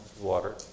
water